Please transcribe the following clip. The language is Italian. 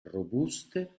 robuste